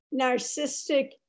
narcissistic